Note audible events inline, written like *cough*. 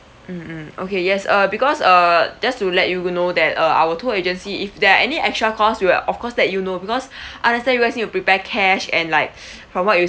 mm mm okay yes uh because err just to let you know that uh our tour agency if there are any extra costs we will of course let you know because *breath* understand you guys need to prepare cash and like from what you